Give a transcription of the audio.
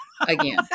again